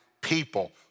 people